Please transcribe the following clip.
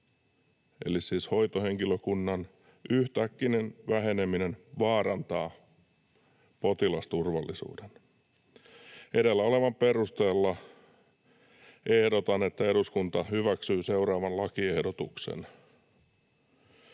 eli siis hoitohenkilökunnan — ”yhtäkkinen väheneminen vaarantaa potilasturvallisuuden.” ”Edellä olevan perusteella ehdotan, että eduskunta hyväksyy seuraavan lakiehdotuksen: